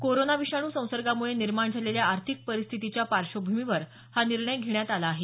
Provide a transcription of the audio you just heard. corona विषाणू संसर्गामुळे निर्माण झालेल्या आर्थिक परिस्थितीच्या पार्श्वभूमीवर हा निर्णय घेण्यात आला आहे